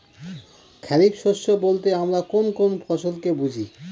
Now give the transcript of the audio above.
খরিফ শস্য বলতে আমরা কোন কোন ফসল কে বুঝি?